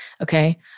okay